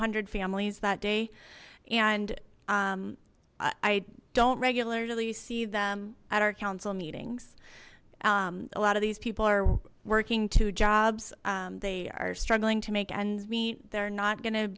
hundred families that day and i don't regularly them at our council meetings a lot of these people are working two jobs they are struggling to make ends meet they're not gonna